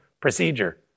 procedure